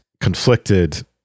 conflicted